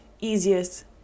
easiest